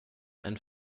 einen